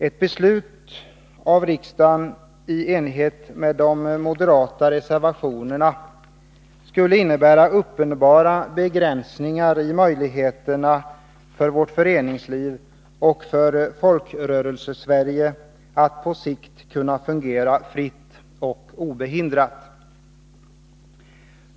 Ett beslut av riksdagen i enlighet med de moderata reservationerna skulle innebära uppenbara begränsningar i möjligheterna för vårt föreningsliv och för Folkrörelsesverige att på sikt kunna fungera fritt och obehindrat.